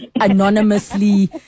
anonymously